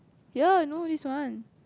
ya I know this one